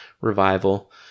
revival